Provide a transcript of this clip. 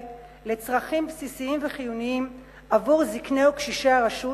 לצרכים בסיסיים וחיוניים עבור זקני וקשישי הרשות,